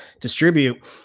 distribute